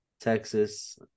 Texas